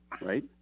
Right